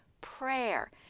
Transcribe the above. prayer